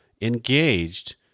engaged